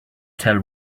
tell